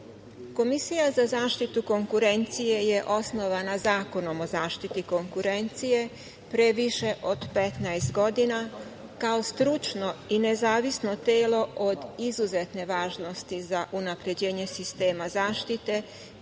Komisija za zaštitu konkurencije je osnovana Zakonom o zaštiti konkurencije pre više od 15 godina kao stručno i nezavisno telo od izuzetne važnosti za unapređenje sistema zaštite